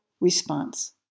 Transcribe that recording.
response